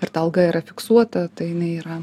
ir ta alga yra fiksuota tai jinai yra